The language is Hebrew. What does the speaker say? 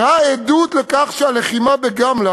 עדות לכך שהלחימה בגמלא